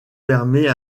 permet